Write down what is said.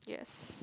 yes